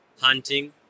hunting